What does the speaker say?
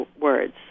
words